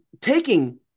taking